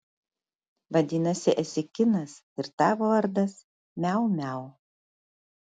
vadinasi esi kinas ir tavo vardas miau miau